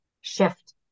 shift